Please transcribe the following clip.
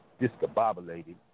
discombobulated